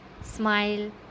smile